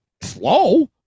slow